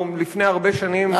לפני הרבה שנים,